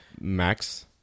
Max